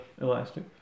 elastic